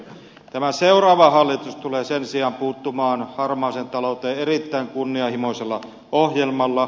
tämä seuraava hallitus tulee sen sijaan puuttumaan harmaaseen talouteen erittäin kunnianhimoisella ohjelmalla